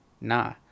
Nah